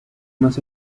más